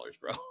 bro